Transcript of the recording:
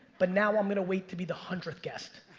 but now i'm gonna wait to be the hundredth guest.